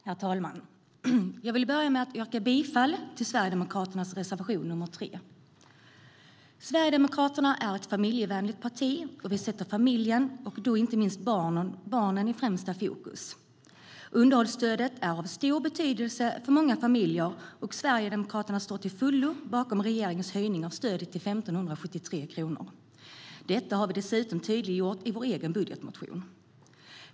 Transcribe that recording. Herr talman! Jag vill börja med att yrka bifall till Sverigedemokraternas reservation nr 3. Sverigedemokraterna är ett familjevänligt parti. Vi sätter familjen, och då inte minst barnen, i främsta fokus. Underhållsstödet är av stor betydelse för många familjer, och Sverigedemokraterna står till fullo bakom regeringens höjning av stödet till 1 573 kronor. Detta har vi dessutom tydliggjort i vår egen budgetmotion.